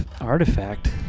Artifact